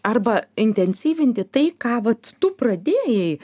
arba intensyvinti tai ką vat tu pradėjai